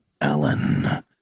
alan